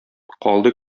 калды